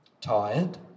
tired